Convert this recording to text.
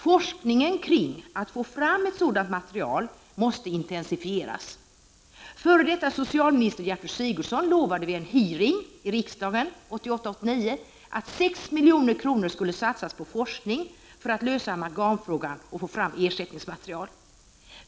Forskningen som arbetar på att få fram ett sådant material måste intensifieras. Den f.d. socialministern Gertrud Sigurdsen lovade vid en hearing i riksdagen under riksmötet 1988/89 att 6 milj.kr. skulle satsas på forskning för att få fram en lösning på amalgamfrågan och få fram ersättningsmaterial.